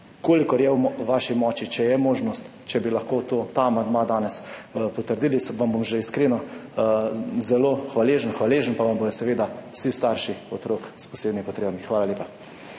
kolikor je v vaši moči, če je možno, da bi lahko danes potrdili ta amandma, vam bom iskreno zelo hvaležen, hvaležni pa vam bodo seveda vsi starši otrok s posebnimi potrebami. Hvala lepa.